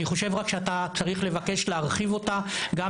אני רק חושב שאתה צריך לבקש להרחיב אותה גם